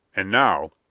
and now,